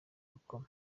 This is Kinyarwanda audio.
rukoma